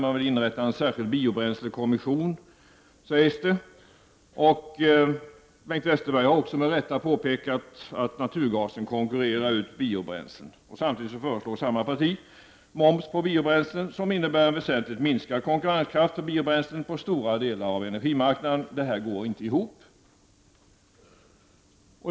Man vill inrätta en särskild biobränslekommission, sägs det. Bengt Westerberg har också med rätta påpekat att naturgasen konkurrerar ut biobränslena. Samtidigt föreslår samma parti moms på biobränslen, vilket innebär en väsentligt minskad konkurrenskraft för biobränslen på stora delar av energimarknaden. Detta går inte ihop.